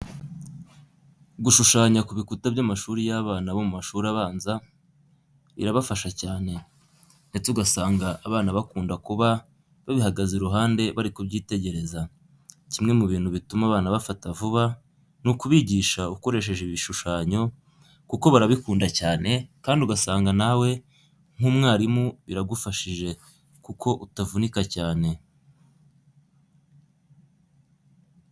Gushushanya ku bikuta by'amashuri y'abana bo mu mashuri abanza birabafasha cyane, ndetse ugasanga abana bakunda kuba babihagaze iruhande bari kubyitegereza. Kimwe mu bintu bituma abana bafata vuba ni ukubigisha ukoresheje ibishushanyo kuko barabikunda cyane kandi ugasanga nawe nk'umwarimu biragufashije kuko utavunika cyane.